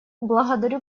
благодарю